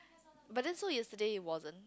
but then so yesterday he wasn't